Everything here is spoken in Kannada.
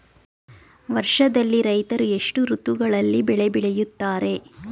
ವರ್ಷದಲ್ಲಿ ರೈತರು ಎಷ್ಟು ಋತುಗಳಲ್ಲಿ ಬೆಳೆ ಬೆಳೆಯುತ್ತಾರೆ?